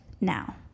now